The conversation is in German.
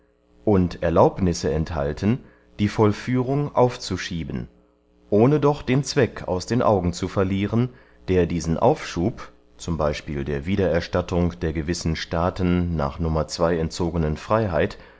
und erlaubnisse enthalten die vollführung aufzuschieben ohne doch den zweck aus den augen zu verlieren der diesen aufschub z b der wiedererstattung der gewissen staaten nach nr entzogenen freyheit